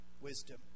wisdom